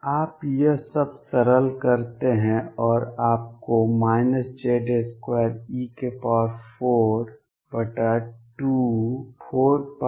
आप यह सब सरल करते हैं और आपको Z2e424π02m2ull12Z2e44π02m2ux2 Z2e4m4π0221xu